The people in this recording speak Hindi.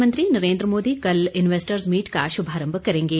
प्रधानमंत्री नरेंद्र मोदी कल इन्वेस्टर्स मीट का शुभारंभ करेंगे